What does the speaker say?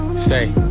say